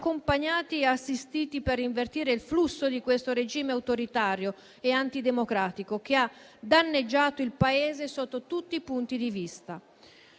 accompagnati e assistiti per invertire il flusso di questo regime autoritario e antidemocratico, che ha danneggiato il Paese sotto tutti i punti di vista.